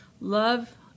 love